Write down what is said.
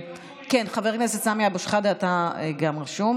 חבר הכנסת אבו שחאדה, גם אתה רשום.